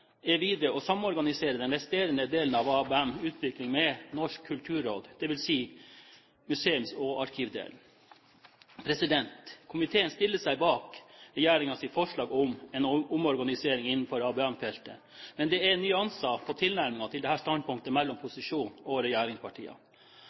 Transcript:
er videre å samorganisere den resterende delen av ABM-utvikling med Norsk kulturråd, dvs. museums- og arkivdelen. Komiteen stiller seg bak regjeringens forslag om en omorganisering innenfor ABM-feltet, men det er nyanser i tilnærmingene til dette standpunktet mellom